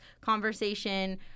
conversation